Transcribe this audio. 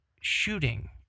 shooting